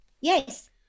Yes